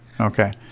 Okay